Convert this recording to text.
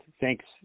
Thanks